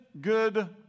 good